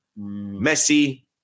Messi